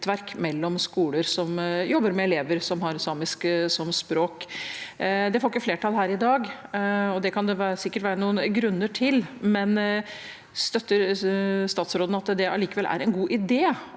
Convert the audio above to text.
mellom skoler som jobber med elever som har samisk som språk. Det får ikke flertall her i dag, og det kan det sikkert være noen grunner til. Støtter statsråden allikevel at det er en god idé,